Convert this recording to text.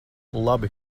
labi